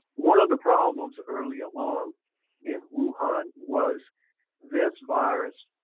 one of the problems early along in wuhan was this virus